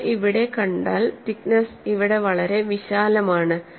നിങ്ങൾ ഇവിടെ കണ്ടാൽ തിക്നെസ്സ് ഇവിടെ വളരെ വിശാലമാണ്